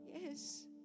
Yes